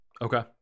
okay